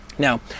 Now